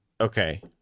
Okay